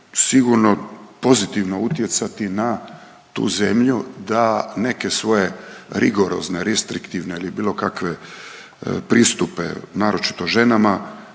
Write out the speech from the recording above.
sigurno pozitivno utjecati na tu zemlju da neke svoje rigorozne, ristriktivne ili bilo kakve pristupe naročito ženama